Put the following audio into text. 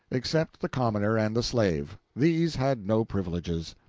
except the commoner and the slave these had no privileges.